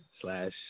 slash